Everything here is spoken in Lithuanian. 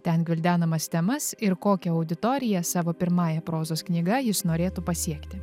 ten gvildenamas temas ir kokią auditoriją savo pirmąja prozos knyga jis norėtų pasiekti